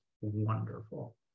wonderful